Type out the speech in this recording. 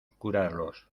curarlos